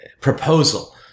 proposal